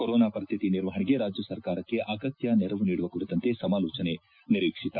corona ಪರಿಸ್ಥಿತಿ ನಿರ್ವಹಣೆಗೆ ರಾಜ್ಯ ಸರ್ಕಾರಕ್ಕೆ ಅಗತ್ಯ ನೆರವು ನೀಡುವ ಕುರಿತಂತೆ ಸಮಾಲೋಚನೆ ನಿರೀಕ್ವಿತ